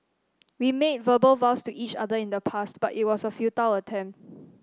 we made verbal vows to each other in the past but it was a futile attempt